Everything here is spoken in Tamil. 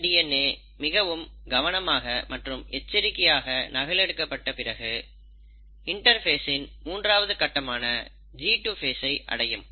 இந்த டிஎன்ஏ மிகவும் கவனமாக மற்றும் எச்சரிக்கையாக நகல் எடுக்கப்பட்ட பிறகு இன்டர்பேசின் மூன்றாவது கட்டமான G2 ஃபேஸ் ஐ அடையும்